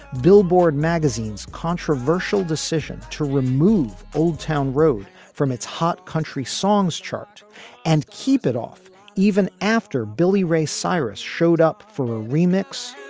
billboard magazine's controversial decision to remove old town road from its hot country songs chart and keep it off even after billy ray cyrus showed up for a remix,